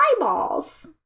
eyeballs